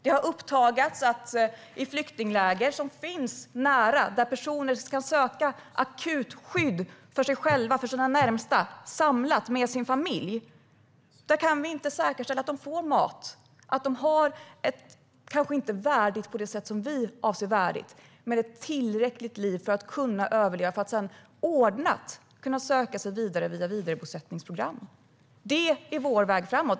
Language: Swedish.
Det har uppdagats att i flyktingläger som finns nära, där personer kan söka akut skydd för sig själva och sina närmsta samlat med sin familj, kan vi inte säkerställa att de får mat och att de har ett liv som kanske inte är värdigt på det sätt som vi avser med värdigt men tillräckligt för att kunna överleva och sedan ordnat kunna söka sig vidare via vidarebosättningsprogram. Det är vår väg framåt.